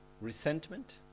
resentment